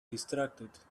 distracted